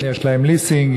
יש להם ליסינג,